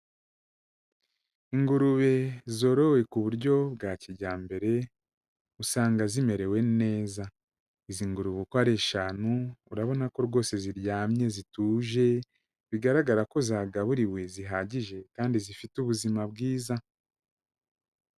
Ingurube zorowe ku buryo bwa kijyambere usanga zimerewe neza, izi ngurube uko ari eshanu urabona ko rwose ziryamye, zituje, bigaragara ko zagaburiwe, zihagije kandi zifite ubuzima bwiza.